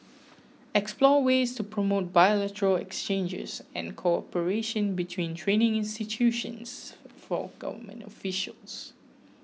explore ways to promote bilateral exchanges and cooperation between training institutions for government officials